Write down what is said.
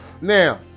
Now